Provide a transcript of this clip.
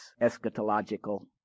eschatological